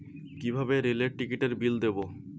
কিভাবে রেলের টিকিটের বিল দেবো?